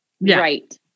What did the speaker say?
right